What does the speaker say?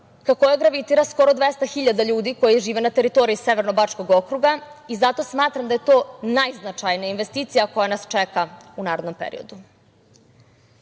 koja gravitira skoro 200.000 ljudi koji žive na teritoriji Severno-bačkog okruga i zato smatram da je to najznačajnija investicija koja nas čeka u narednom periodu. Subotica